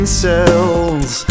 cells